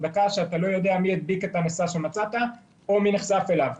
הדבקה שאתה לא יודע מי ידביק את הנשא שמצאת או מי נחשף אליו.